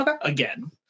again